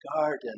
garden